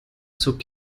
zog